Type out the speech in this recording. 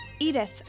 Edith